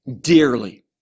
dearly